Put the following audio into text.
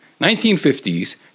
1950s